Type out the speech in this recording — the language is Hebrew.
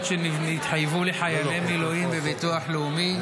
שהתחייבו לחיילי מילואים בביטוח לאומי,